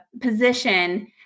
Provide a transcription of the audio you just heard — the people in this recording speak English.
position